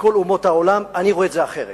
מכל אומות העולם, אני רואה את זה אחרת.